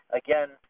again